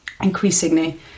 increasingly